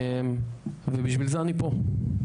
ובשביל זה אני פה.